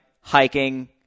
hiking